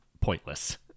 pointless